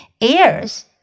Ears